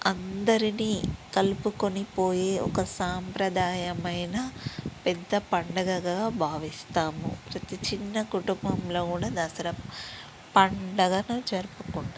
అందరినీ కలుపుకొని పోయే ఒక సాంప్రదాయమైన పెద్ద పండుగగా భావిస్తాము ప్రతి చిన్న కుటుంబంలో కూడా దసరా పండుగను జరుపుకుంటా